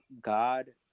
God